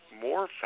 more